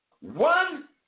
One